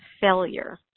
failure